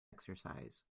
exercise